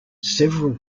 several